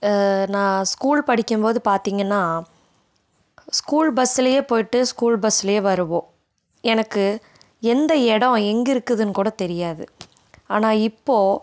நான் ஸ்கூல் படிக்கும்போது பார்த்திங்கன்னா ஸ்கூல் பஸ்ஸுலேயே போய்ட்டு ஸ்கூல் பஸ்ஸுலேயே வருவோம் எனக்கு எந்த இடம் எங்கே இருக்குதுன்னு கூட தெரியாது ஆனால் இப்போது